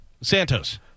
Santos